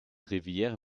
rivière